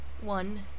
One